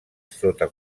sota